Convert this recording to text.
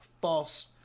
false